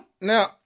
Now